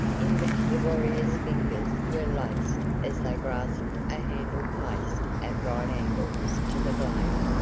in which the warrior's fingers were laced as they grasped a handle placed at right angles to the blade,